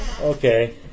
Okay